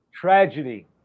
Tragedy